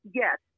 yes